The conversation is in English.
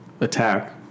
attack